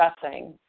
discussing